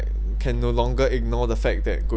can no longer ignore the fact that g~